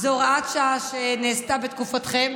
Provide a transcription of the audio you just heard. שנעשתה בתקופתכם,